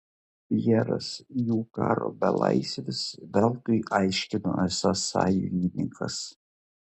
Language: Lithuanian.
pjeras jų karo belaisvis veltui aiškino esąs sąjungininkas